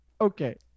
okay